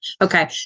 Okay